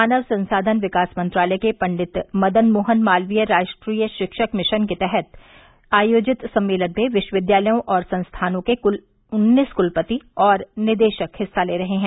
मानव संसाधन विकास मंत्रालय के पं मदन मोहन मालवीय राष्ट्रीय शिक्षक मिशन के तहत आयोजित सम्मेलन में विश्वविद्यालयों और संस्थानों के उन्नीस कुलपति और निदेशक हिस्सा ले रहे हैं